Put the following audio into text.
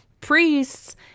priests